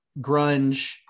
grunge